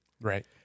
Right